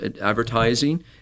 advertising